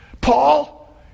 Paul